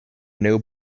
new